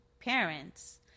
parents